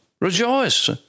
rejoice